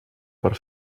per